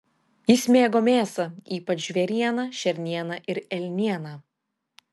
jis mėgo mėsą ypač žvėrieną šernieną ir elnieną